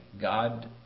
God